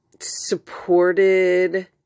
supported